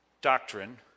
doctrine